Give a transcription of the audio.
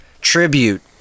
tribute